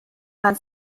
man